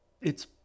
It's